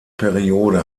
periode